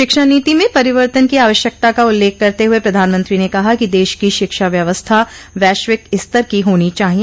शिक्षा नीति में परिवर्तन की आवश्यकता का उल्लेख करते हुए प्रधानमंत्री ने कहा कि देश की शिक्षा व्यवस्था वैश्विक स्तर की होनी चाहिए